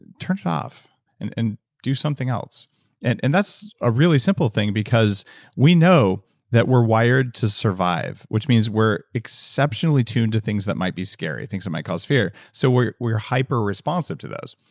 turn it off and and do something else and and that's a really simple thing, because we know that we're wired to survive, which means we're exceptionally tunes to things that might be scary, things that might cause fear, so we're we're hyper responsive to those,